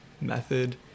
method